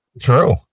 True